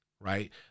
right